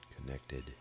connected